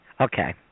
Okay